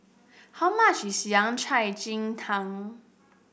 how much is cai Ji Tang